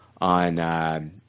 on –